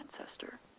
ancestor